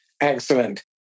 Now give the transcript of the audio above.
Excellent